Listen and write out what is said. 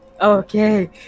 Okay